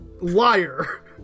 Liar